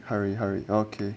hurry hurry okay